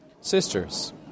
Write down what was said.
Sisters